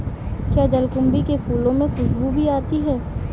क्या जलकुंभी के फूलों से खुशबू भी आती है